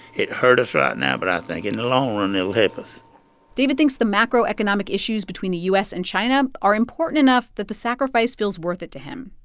it hurt us right now. but i think, in the long run, it'll help us david thinks the macroeconomic issues between the u s. and china are important enough that the sacrifice feels worth it to him.